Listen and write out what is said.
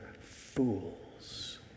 fools